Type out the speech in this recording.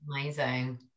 amazing